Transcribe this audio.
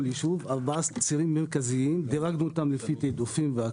בכל יישוב ודירגנו אותם לפי תיעדופים.